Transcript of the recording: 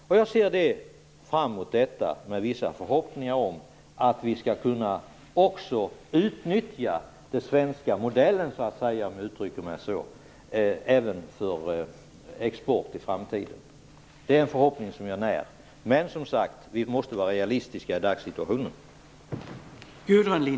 Jag ser fram emot detta med vissa förhoppningar om att vi skall kunna utnyttja den svenska modellen för export i framtiden. Det är en förhoppning som jag när. Men, som sagt, vi måste vara realistiska i dagssituationen.